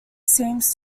seems